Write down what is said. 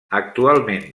actualment